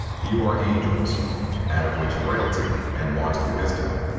few are angels out of which frailty and want of wisedome,